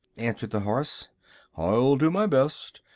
answered the horse i'll do my best.